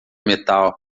metal